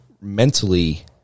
mentally